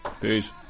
Peace